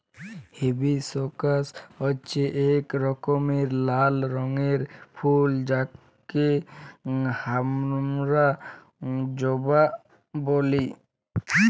hibiscus হচ্যে এক রকমের লাল রঙের ফুল যাকে হামরা জবা ব্যলি